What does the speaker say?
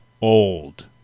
old